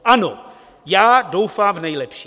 Ano, já doufám v nejlepší.